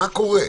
מה קורה?